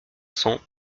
cents